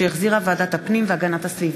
שהחזירה ועדת הפנים והגנת הסביבה.